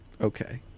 okay